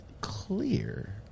clear